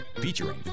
featuring